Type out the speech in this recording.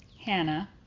Hannah